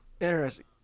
interesting